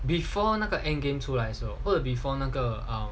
before 那个 end game two 来说或者 before 那个